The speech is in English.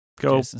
Go